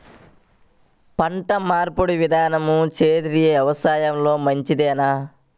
పంటమార్పిడి విధానము సేంద్రియ వ్యవసాయంలో మంచిదేనా?